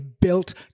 built